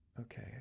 Okay